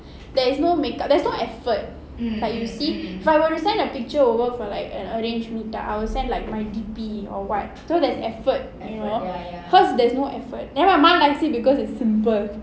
there is no makeup there is no effort like you see if I were to send a picture over for like an arranged meet up I will like send my D_P or [what] so there's effort you know her's there is no effort then my mom likes it because it's simple